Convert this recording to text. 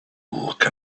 look